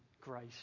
Grace